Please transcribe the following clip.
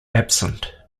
absent